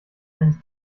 eines